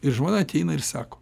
ir žmona ateina ir sako